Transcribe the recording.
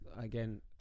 again